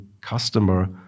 customer